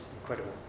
incredible